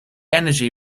energy